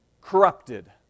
corrupted